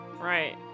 Right